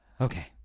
okay